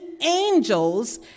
angels